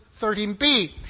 13b